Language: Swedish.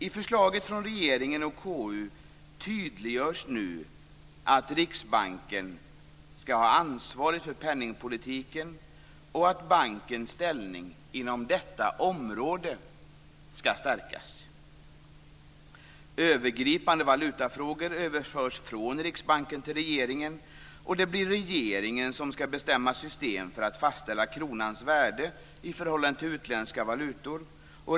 I förslaget från regeringen och KU tydliggörs nu att Riksbanken skall ha ansvaret för penningpolitiken och att bankens ställning inom detta område skall stärkas. Övergripande valutafrågor överförs från Riksbanken till regeringen, och det blir regeringen som skall bestämma system för att fastställa kronans värde i förhållande till utländska valutor.